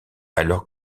alors